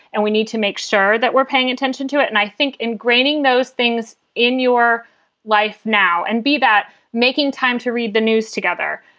and we need to make sure that we're paying attention to it. and i think ingraining those things in in your life now and be that making time to read the news together,